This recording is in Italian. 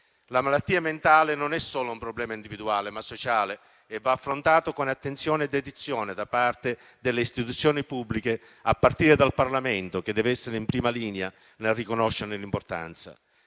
La malattia mentale non è solo un problema individuale, ma sociale e va affrontato con attenzione e dedizione da parte delle istituzioni pubbliche, a partire dal Parlamento, che deve essere in prima linea nel riconoscerne l'importanza.